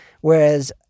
whereas